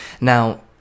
Now